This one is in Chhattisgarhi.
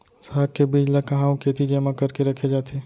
साग के बीज ला कहाँ अऊ केती जेमा करके रखे जाथे?